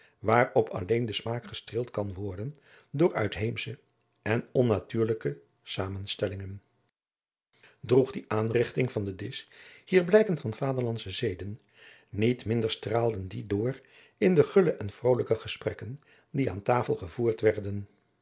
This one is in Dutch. waarop alleen de smaak gestreeld kan worden adriaan loosjes pzn het leven van maurits lijnslager door uitheemsche en onnatuurlijke zamenstellingen droeg die aanrigting van den disch hier blijken van vaderlandsche zeden niet minder straalden die door in de gulle en vrolijke gesprekken die aan tafel gevoerd werden